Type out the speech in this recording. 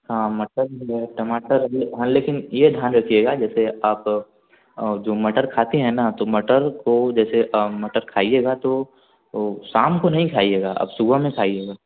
हाँ मतलब टमाटर अबले हाँ लेकिन यह ध्यान रखिएगा जैसे आप जो मटर खाती हैं ना तो मटर को जैसे मटर खाइएगा तो वह शाम को नहीं खाइएगा आप सुबह में खाइएगा